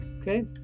Okay